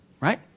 right